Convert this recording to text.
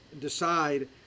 decide